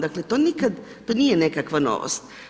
Dakle, to nikad, to nije nekakva novost.